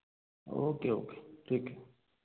okay okay ठीक है